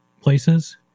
places